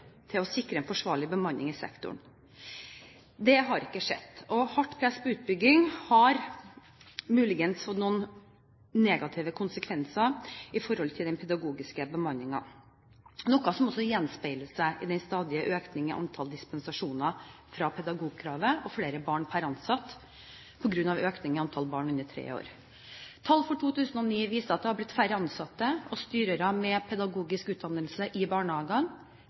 til å sikre en forsvarlig bemanning i sektoren. Det har ikke skjedd. Hardt press på utbygging har muligens fått noen negative konsekvenser for den pedagogiske bemanningen, noe som også gjenspeiler seg i den stadige økningen i antallet dispensasjoner fra pedagogkravet og flere barn per ansatt på grunn av økning i antall barn under tre år. Tall for 2009 viser at det er blitt færre ansatte og styrere med pedagogisk utdannelse i barnehagene.